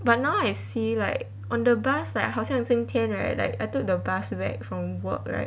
but now I see like on the bus like 好像今天 right like I took the bus back from work right